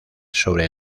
sobre